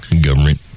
government